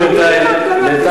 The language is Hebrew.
המלים הגדולות,